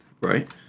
Right